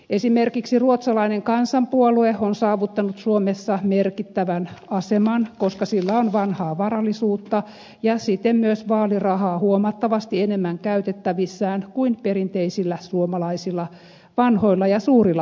esimerkiksi ruotsalainen kansanpuolue on saavuttanut suomessa merkittävän aseman koska sillä on vanhaa varallisuutta ja siten myös vaalirahaa huomattavasti enemmän käytettävissään kuin perinteisillä suomalaisilla vanhoilla ja suurilla puolueilla